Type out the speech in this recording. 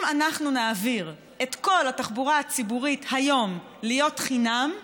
אם אנחנו נעביר את כל התחבורה הציבורית היום להיות חינם,